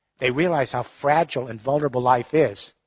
they realize how fragile and vulnerable life is.